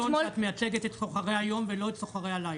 את אמרת לעיתון שאת מייצגת את סוחרי היום ולא את סוחרי הלילה.